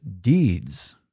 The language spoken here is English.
deeds